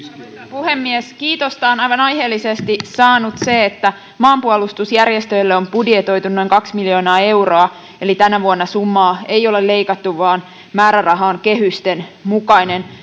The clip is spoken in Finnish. puhemies kiitosta on aivan aiheellisesti saanut se että maanpuolustusjärjestöille on budjetoitu noin kaksi miljoonaa euroa eli tänä vuonna summaa ei ole leikattu vaan määräraha on kehysten mukainen